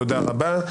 תודה רבה.